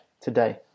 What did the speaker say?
today